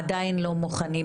עדיין לא מוכנים